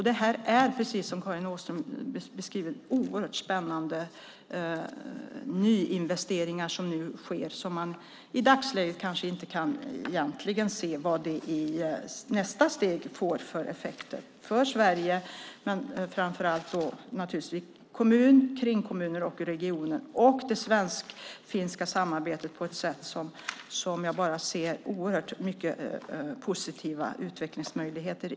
Det här är, precis som Karin Åström beskriver, en oerhört spännande nyinvestering där man i dagsläget egentligen inte kan se vad nästa steg får för effekter för Sverige och framför allt för kringkommunerna, regionen och det svensk-finska samarbetet där jag ser många positiva utvecklingsmöjligheter.